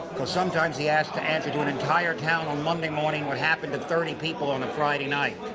cos sometimes he has to answer to an entire town on monday morning what happened to thirty people on a friday night.